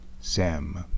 Sam